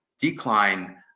decline